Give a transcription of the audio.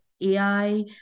AI